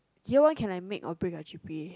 year one can I make break my g_p_a